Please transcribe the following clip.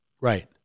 Right